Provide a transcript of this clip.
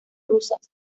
rusas